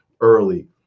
early